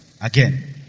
again